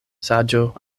saĝo